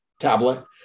tablet